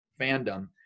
fandom